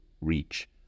reach